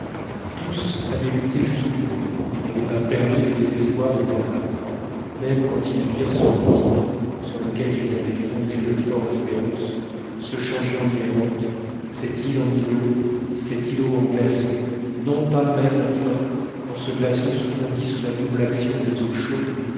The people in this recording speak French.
tous avaient lutté jusqu'au bout et n'avaient pas permis au désespoir de les abattre même quand ils virent ce continent sur lequel ils avaient fondé le fortespérance se changer en île errante cette île en îlot cet îlot en glaçon non pas même enfin quand ce glaçon se fondit sous la double action des eaux chaudes